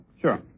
Sure